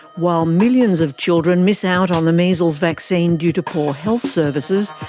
while millions of children miss out on the measles vaccine due to poor health services,